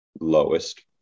lowest